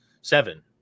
Seven